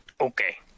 Okay